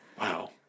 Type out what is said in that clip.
Wow